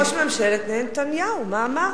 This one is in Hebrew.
אמרתי "ראש ממשלת נהנתניהו", מה אמרתי?